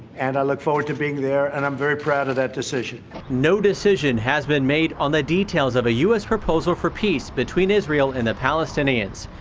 and i look forward to being there, and i'm very proud of that decision. reporter no decision has been made on the details of a u s. proposal for peace between israel and the palestinians.